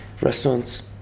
restaurants